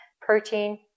protein